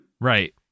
Right